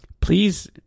please